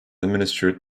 administered